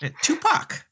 Tupac